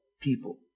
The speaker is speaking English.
People